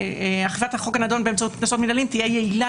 אכיפת החוק הנדון באמצעות קנסות מנהליים תהיה יעילה